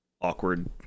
awkward